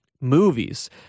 movies